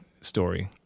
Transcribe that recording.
story